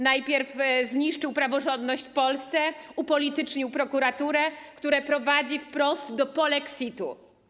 Najpierw zniszczył praworządność w Polsce, upolitycznił prokuraturę, a to prowadzi wprost do polexitu.